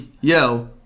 yo